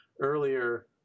earlier